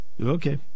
Okay